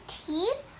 teeth